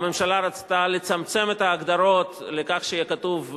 הממשלה רצתה לצמצם את ההגדרות לכך שיהיה כתוב,